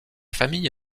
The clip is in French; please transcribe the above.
famille